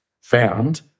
found